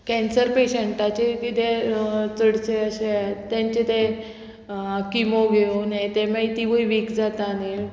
cancer पेशंटाचे कितें चडशें अशे तेंचे तें किमो घेवन हे तें मागीर तिवूय वीक जाता न्ही